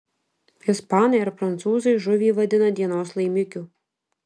ispanai ar prancūzai žuvį vadina dienos laimikiu